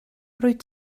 rwyt